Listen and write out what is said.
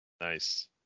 Nice